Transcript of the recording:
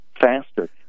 faster